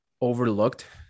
overlooked